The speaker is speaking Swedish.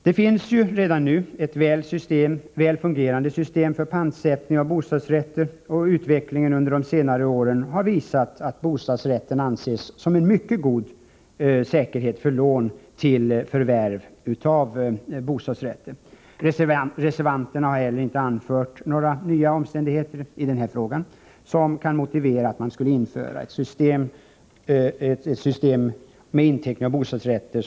Det finns ju redan nu ett väl fungerande system för pantsättning av bostadsrätter, och utvecklingen under de senare åren har visat att bostadsrätten anses som en mycket god säkerhet för lån till förvärv av bostadsrätt. Reservanterna har inte heller anfört några nya omständigheter i den här frågan som kan motivera införandet av ett system med inteckning av bostadsrätter.